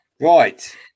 Right